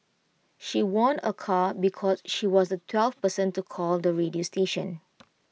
she won A car because she was the twelfth person to call the radio station